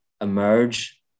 emerge